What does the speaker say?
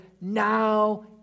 Now